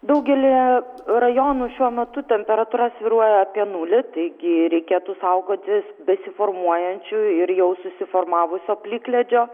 daugelyje rajonų šiuo metu temperatūra svyruoja apie nulį taigi reikėtų saugotis besiformuojančio ir jau susiformavusio plikledžio